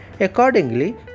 Accordingly